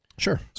Sure